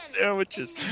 sandwiches